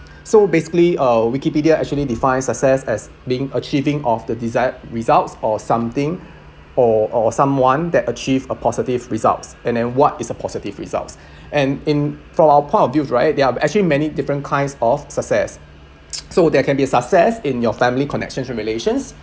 so basically uh Wikipedia actually define success as being achieving of the desired results or something or or someone that achieved a positive results and then what is a positive results and in from our point of views right there are actually many different kinds of success so there can be a success in your family connections and relations